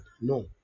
no